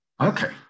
Okay